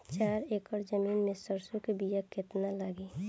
चार एकड़ जमीन में सरसों के बीया कितना लागी?